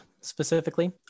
specifically